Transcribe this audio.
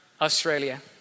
Australia